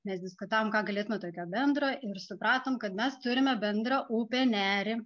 mes diskutavom ką galėtume tokio bendro ir supratom kad mes turime bendrą upę nerį